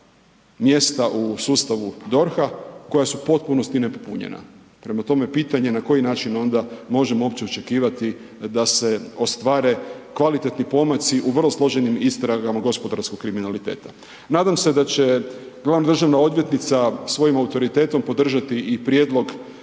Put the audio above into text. mjesta u sustavu DORH-a koja su u potpunosti nepotpunjena, prema tome pitanje na koji način onda možemo uopće očekivati da se ostvare kvalitetni pomaci u vrlo složenim istragama gospodarskog kriminaliteta. Nadam se da će glavna državna odvjetnica svojim autoritetom podržati i prijedlog